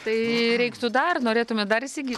tai reiktų dar norėtumėt dar įsigyt